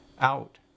out